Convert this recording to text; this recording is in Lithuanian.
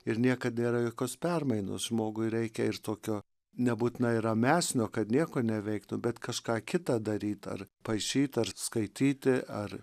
ir niekad nėra jokios permainos žmogui reikia ir tokio nebūtinai ramesnio kad nieko neveiktų bet kažką kita daryt ar paišyt ar skaityti ar